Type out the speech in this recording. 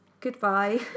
goodbye